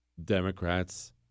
Democrats